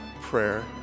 prayer